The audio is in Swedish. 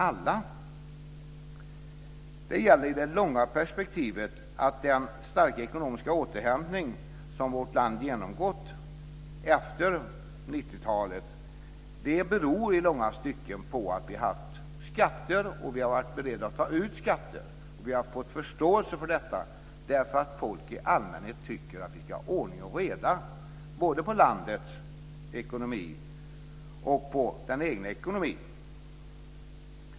I det långa perspektivet beror den starka ekonomiska återhämtning som vårt land genomgått efter 90-talet i långa stycken på att vi har varit beredda att ta ut skatter och att vi också har fått förståelse för detta. Folk i allmänhet tycker att det ska vara ordning och reda både på landets ekonomi och på den egna ekonomin.